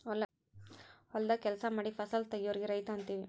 ಹೊಲದಾಗ ಕೆಲಸಾ ಮಾಡಿ ಫಸಲ ತಗಿಯೋರಿಗೆ ರೈತ ಅಂತೆವಿ